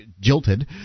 jilted